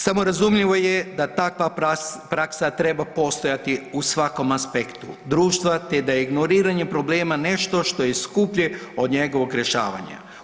Samorazumljivo je da takva praksa treba postojati u svakom aspektu društva, te da ignoriranjem problema je nešto što je skuplje od njegovog rješavanja.